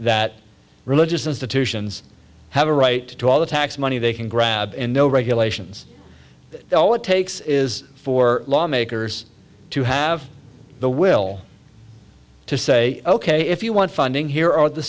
that religious institutions have a right to all the tax money they can grab and no regulations all it takes is for lawmakers to have the will to say ok if you want funding here are the